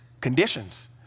conditions